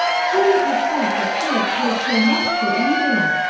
who would have thought that philip cared so much for eating!